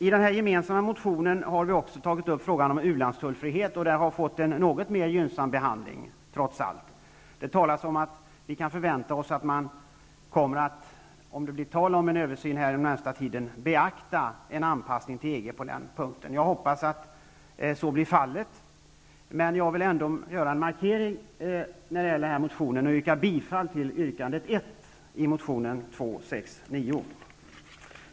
I den gemensamma motionen har också frågan om u-landstullfrihet tagits upp. Den frågan har, trots allt, fått en något mer gynnsam behandling. Det talas om att vi kan förvänta oss att en anpassning till EG -- om det inom den närmaste tiden blir tal om en översyn på den punkten -- kommer att beaktas. Jag hoppas att så blir fallet, men jag vill ändå göra en markering genom att yrka bifall till yrkande 1 i motion N269.